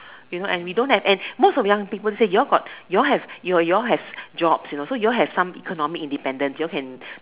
you know and we don't have and most of young people say you're got you're have you're you're have jobs you know so you're have some economics independent you're can